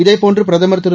இதேபோன்று பிரதமர் திரு